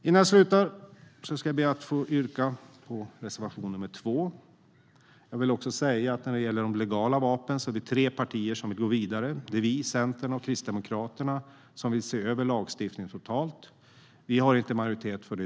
Jag yrkar bifall till reservation nr 2. När det gäller legala vapen är det tre partier som vill gå vidare. Moderaterna, Centern och Kristdemokraterna vill se över lagstiftningen, men vi har inte majoritet för det.